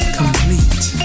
complete